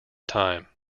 time